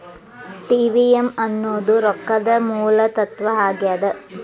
TVM ಅನ್ನೋದ್ ರೊಕ್ಕದ ಮೂಲ ತತ್ವ ಆಗ್ಯಾದ